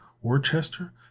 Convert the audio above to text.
Worcester